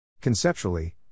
Conceptually